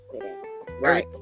Right